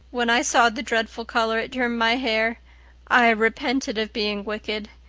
when i saw the dreadful color it turned my hair i repented of being wicked,